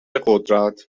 قدرت